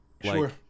Sure